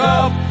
up